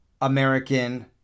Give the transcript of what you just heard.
American